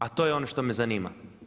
A to je ono što me zanima.